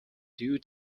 due